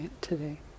today